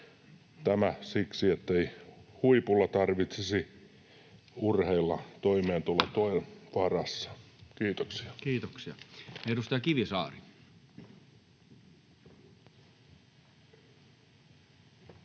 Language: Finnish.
Tämä siksi, ettei huipulla tarvitsisi urheilla toimeentulotuen varassa. — Kiitoksia. Kiitoksia. — Edustaja Kivisaari.